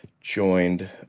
joined